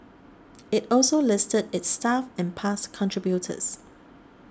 it also listed its staff and past contributors